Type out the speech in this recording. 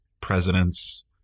presidents